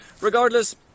regardless